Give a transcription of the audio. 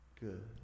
good